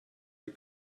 der